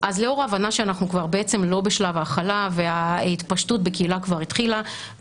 לאור ההבנה שאנחנו כבר בעצם לא בשלב ההכלה וההתפשטות בקהילה כבר התחילה,